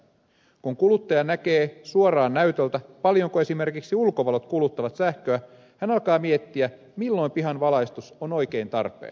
kun kuluttaja näkee suoraan näytöltä paljonko esimerkiksi ulkovalot kuluttavat sähköä hän alkaa miettiä milloin pihan valaistus on oikein tarpeen